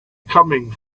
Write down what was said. coming